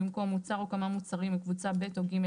במקום "מוצר או כמה מוצרים מקבוצה ב' או ג'